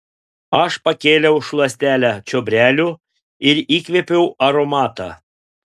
aš pakėliau šluotelę čiobrelių ir įkvėpiau aromatą